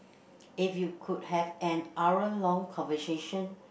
if you could have an hour long conversation